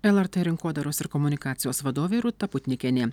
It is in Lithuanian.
lrt rinkodaros ir komunikacijos vadovė rūta putnikienė